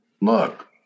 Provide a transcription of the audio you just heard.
look